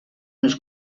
unes